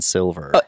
Silver